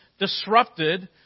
disrupted